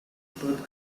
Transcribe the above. birth